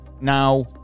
Now